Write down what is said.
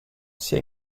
sia